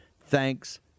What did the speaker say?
Thanks